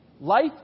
life